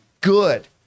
good